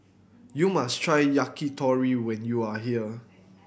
you must try Yakitori when you are here